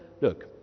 look